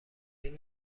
این